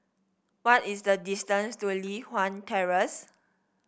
what is the distance to Li Hwan Terrace